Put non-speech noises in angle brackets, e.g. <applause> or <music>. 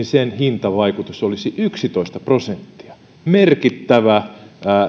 <unintelligible> sen hintavaikutus olisi yksitoista prosenttia merkittävä